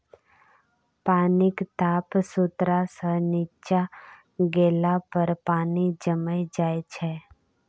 पानिक ताप शुन्ना सँ नीच्चाँ गेला पर पानि जमि जाइ छै